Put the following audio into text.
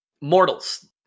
mortals